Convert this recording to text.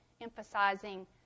emphasizing